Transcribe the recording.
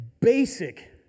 basic